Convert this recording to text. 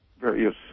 various